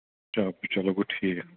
چلو چلو گوٚو ٹھیٖک